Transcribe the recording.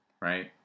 right